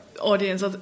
audience